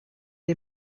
est